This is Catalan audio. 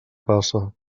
passa